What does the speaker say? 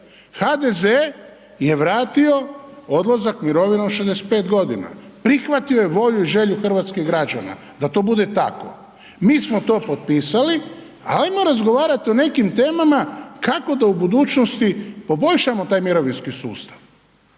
HDZ je vratio odlazak mirovine u 65 godina, prihvatio je volju i želju hrvatskih građana da to bude tako. Mi smo to potpisali, ali ajmo razgovarati o nekim temama kako da u budućnosti poboljšamo taj mirovinski sustav.